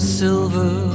silver